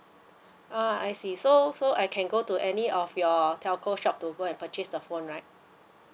ah I see so so I can go to any of your telco shop to go and purchase the phone right